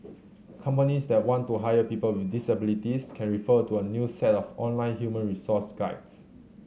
companies that want to hire people with disabilities can refer to a new set of online human resource guides